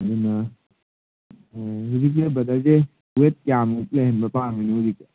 ꯑꯗꯨꯅ ꯍꯧꯖꯤꯛꯁꯦ ꯕ꯭ꯔꯗꯔꯁꯦ ꯋꯦꯠ ꯀꯌꯥꯃꯨꯛ ꯂꯩꯍꯟꯕ ꯄꯥꯝꯃꯤꯅꯣ ꯍꯧꯖꯤꯛꯁꯦ